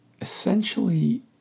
essentially